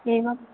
एवम्